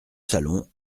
salon